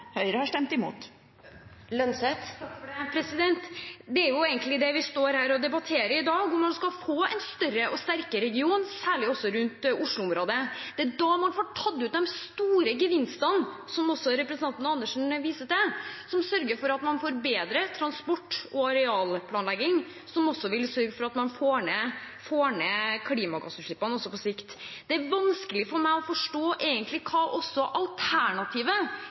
Høyre har stemt imot. Det vi egentlig står her og debatterer i dag, er om man skal få en større og sterkere region, særlig i Oslo-området. Det er da man får tatt ut de store gevinstene – som også representanten Andersen viser til – som sørger for at man får bedre areal- og transportplanlegging, som også vil sørge for at man på sikt får ned klimagassutslippene. Det er vanskelig for meg å forstå hva alternativet til Sosialistisk Venstreparti egentlig